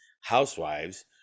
housewives